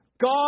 God